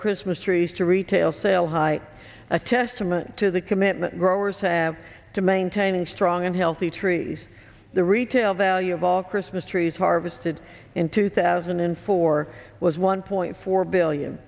christmas trees to retail sale height a testament to the commitment growers have to maintaining strong and healthy trees the retail value of all christmas trees harvested in two thousand and four was one point four billion